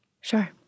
Sure